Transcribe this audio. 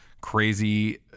crazy